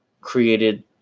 created